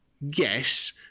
yes